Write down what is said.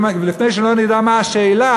ולפני שלא נדע מה השאלה,